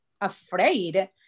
afraid